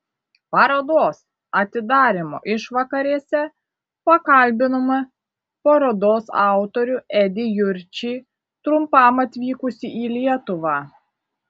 parodos atidarymo išvakarėse pakalbinome parodos autorių edį jurčį trumpam atvykusį į lietuvą